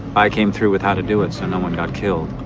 i came through with how to do it, so no one got killed.